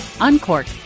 uncork